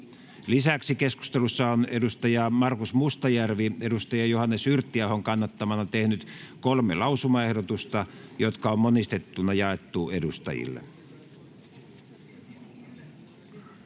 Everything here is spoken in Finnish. Lisäksi keskustelussa on Markus Mustajärvi Johannes Yrttiahon kannattamana tehnyt kolme lausumaehdotusta, jotka on monistettuna jaettu edustajille.